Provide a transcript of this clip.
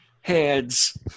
heads